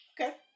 Okay